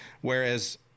whereas